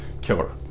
killer